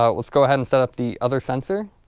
ah let's go ahead and set up the other sensor.